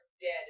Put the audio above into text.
Dead